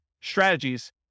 strategies